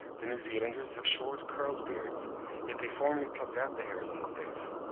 the new zealanders have short, curled beards yet they formerly plucked out the hairs on the face.